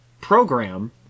program